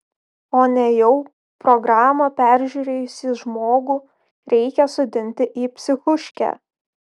o nejau programą peržiūrėjusį žmogų reikia sodinti į psichuškę